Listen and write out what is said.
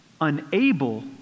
unable